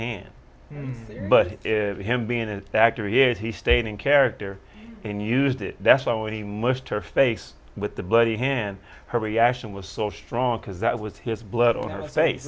hand but him being an actor yet he stayed in character and used it that's why when he most her face with the bloody hand her reaction was so strong because that was his blood on his face